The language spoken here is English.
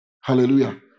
Hallelujah